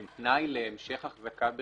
שהן תנאי להמשך החזקה ברישיון,